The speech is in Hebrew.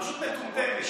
פשוט מטומטמת.